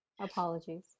apologies